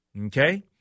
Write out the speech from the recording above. Okay